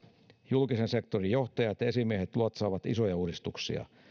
julkisen sektorin johtajat ja esimiehet luotsaavat isoja uudistuksia